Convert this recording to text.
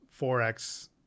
4X